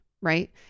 right